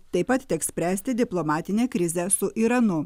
taip pat teks spręsti diplomatinę krizę su iranu